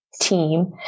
team